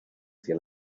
hacia